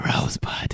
Rosebud